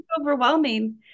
Overwhelming